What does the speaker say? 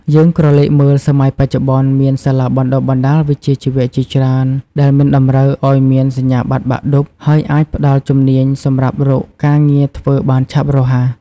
យើងក្រឡេកមើលសម័យបច្ចុប្បន្ន មានសាលាបណ្តុះបណ្តាលវិជ្ជាជីវៈជាច្រើនដែលមិនតម្រូវឲ្យមានសញ្ញាបត្របាក់ឌុប ហើយអាចផ្តល់ជំនាញសម្រាប់រកការងារធ្វើបានឆាប់រហ័ស។